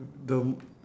the